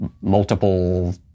multiple